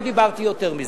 לא דיברתי יותר מזה.